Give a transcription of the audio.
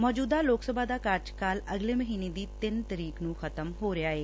ਮੌਜੁਦਾ ਲੋਕ ਸਭਾ ਦਾ ਕਾਰਜਕਾਲ ਅਗਲੇ ਮਹੀਨੇ ਦੀ ਤਿੰਨ ਤਰੀਕ ਨੂੰ ਖ਼ਤਮ ਹੋ ਰਿਹਾ ਏ